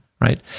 right